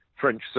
French